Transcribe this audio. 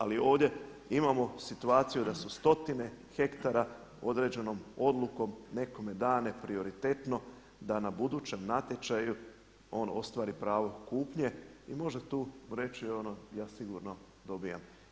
Ali ovdje imamo situaciju da su stotine hektara određenom odlukom nekome dane prioritetno da na budućem natječaju on ostvari pravo kupnje i može tu reći ono ja sigurno dobivam.